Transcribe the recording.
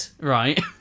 Right